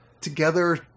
together